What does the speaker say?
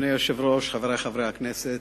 אדוני היושב-ראש, חברי חברי הכנסת,